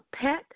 pet